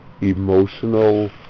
emotional